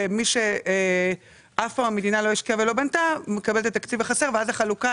ומי שהמדינה לא השקיעה ולא בנתה מקבל את התקציב החסר ואז החלוקה